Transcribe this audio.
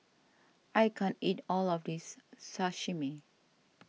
I can't eat all of this Salami